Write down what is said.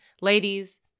Ladies